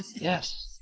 Yes